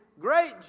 great